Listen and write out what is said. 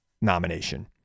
nomination